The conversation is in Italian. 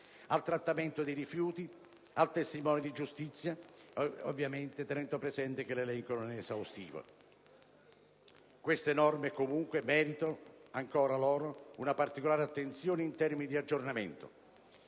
al trattamento dei rifiuti, al testimone di giustizia, ovviamente tenendo presente che l'elenco non è esaustivo. Queste norme meritano, comunque, una particolare attenzione in termini di aggiornamento